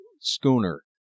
Schooner